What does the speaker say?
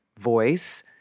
voice